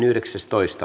asia